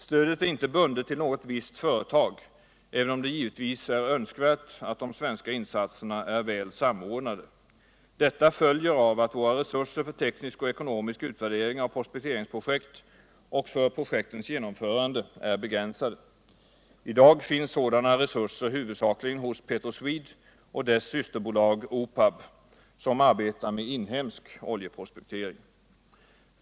Stödet är inte bundet till något visst företag, även om det givetvis är Önskvärt att de svenska insatserna är väl samordnade. Detta följer av att våra resurser för teknisk och ekonomisk utvärdering av prospekteringsprojekt och för projektens genomförande är begränsade. I dag finns sådana resurser huvudsakligen hos Petroswede och dess systerbolag OPAB. som arbetar med inhemsk oljeprospektering.